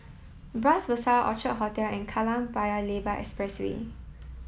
Bras Basah Orchid Hotel and Kallang Paya Lebar Expressway